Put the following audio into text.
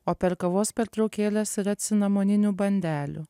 o per kavos pertraukėles yra cinamoninių bandelių